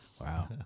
Wow